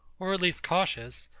or at least cautious,